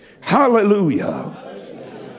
Hallelujah